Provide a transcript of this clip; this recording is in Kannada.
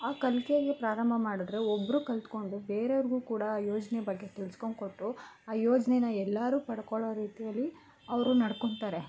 ಆ ಕಲಿಕೆಗೆ ಪ್ರಾರಂಭ ಮಾಡಿದ್ರೆ ಒಬ್ಬರು ಕಲಿತ್ಕೊಂಡು ಬೇರೆಯವ್ರಿಗು ಕೂಡ ಯೋಜನೆ ಬಗ್ಗೆ ತಿಳ್ಸ್ಕೊಂಡ್ ಕೊಟ್ಟು ಆ ಯೋಜನೆನ ಎಲ್ಲಾರೂ ಪಡ್ಕೊಳ್ಳೋ ರೀತಿಯಲ್ಲಿ ಅವರು ನಡ್ಕೊಂತಾರೆ